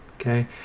okay